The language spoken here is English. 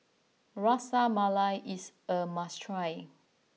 Ras Malai is a must try